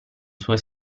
sue